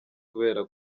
kubera